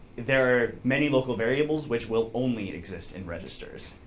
there are many local variables which will only exist in registers.